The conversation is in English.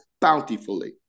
bountifully